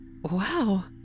Wow